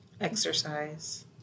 Exercise